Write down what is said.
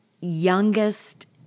youngest